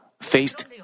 faced